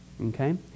okay